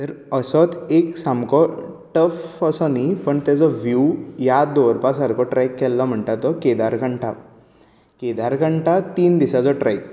तर असोच एक सामको टफ असो न्ही पूण तेजो व्हीव याद दवरपा सारको ट्रॅक केल्लो म्हणटा तो केदारघंटा केदारघंटा तीन दिसांचो ट्रॅक